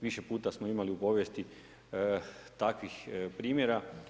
Više puta smo imali u povijesti takvih primjera.